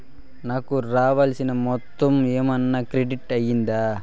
నాకు రావాల్సిన మొత్తము ఏమన్నా క్రెడిట్ అయ్యిందా